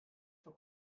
for